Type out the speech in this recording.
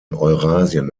eurasien